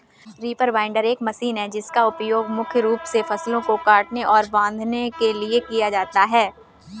reaper binder एक machine है जिसका उपयोग मुख्य रूप से फसलों को काटने और बांधने के लिए किया जाता है